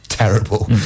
Terrible